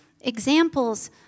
examples